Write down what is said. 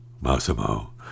Massimo